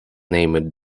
named